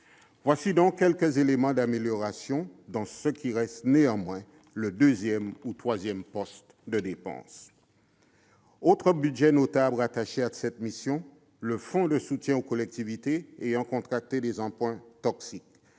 Voilà donc quelques éléments d'amélioration, dans ce qui reste néanmoins le deuxième ou troisième poste de dépense. Parmi les autres budgets notables attachés à cette mission, je relève le fonds de soutien aux collectivités ayant contracté des emprunts toxiques,